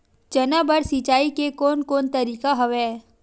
चना बर सिंचाई के कोन कोन तरीका हवय?